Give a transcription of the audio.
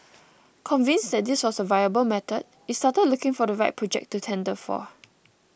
convinced that this was a viable method it started looking for the right project to tender for